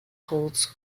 holds